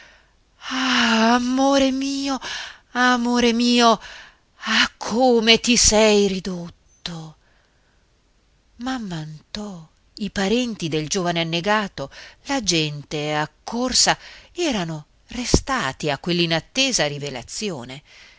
amore mio amore mio ah come ti sei ridotto mamm'anto i parenti del giovane annegato la gente accorsa erano restati a quell'inattesa rivelazione